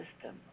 system